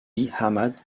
ahmad